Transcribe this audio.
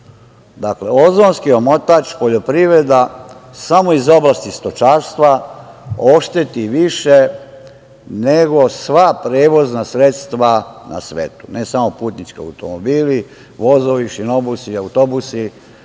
Dakle, ozonski omotač poljoprivreda samo iz oblasti stočarstva ošteti više nego sva prevozna sredstva na svetu, ne samo putnički automobili, vozovi, šinobusi, autobusi.